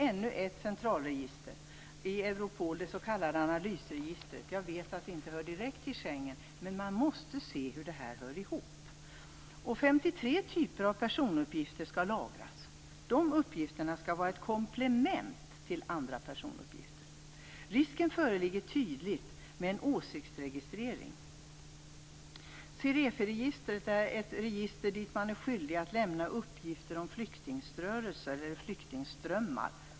Ännu ett centralregister i Europol är det s.k. analysregistret. Jag vet att det inte hör direkt till Schengen, men man måste se hur detta hör ihop. 53 typer av personuppgifter skall lagras. Dessa uppgifter skall vara ett komplement till andra personuppgifter. Risken föreligger tydligt med en åsiktsregistrering. Cirefiregistret är ett register dit man är skyldig att lämna uppgifter om flyktingrörelser eller flyktingströmmar.